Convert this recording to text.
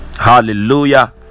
hallelujah